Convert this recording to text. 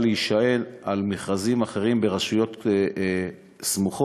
להישען על מכרזים אחרים ברשויות סמוכות,